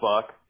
fuck